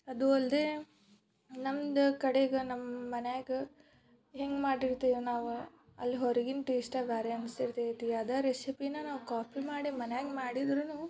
ಅದೂ ಅಲ್ಲದೆ ನಮ್ಮದು ಕಡೆಗೆ ನಮ್ಮ ಮನೆಯಾಗ ಹೆಂಗ್ ಮಾಡಿರ್ತೀವಿ ನಾವು ಅಲ್ಲಿ ಹೊರಗಿನ ಟೇಸ್ಟೇ ಬೇರೆ ಅನಿಸಿರ್ತೈತಿ ಅದೇ ರೆಸಿಪಿನೇ ನಾವು ಕಾಪಿ ಮಾಡೇ ಮನೆಯಾಗ ಮಾಡಿದ್ರೂ